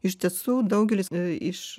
iš tiesų daugelis iš